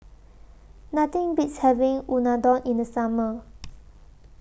Nothing Beats having Unadon in The Summer